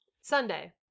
Sunday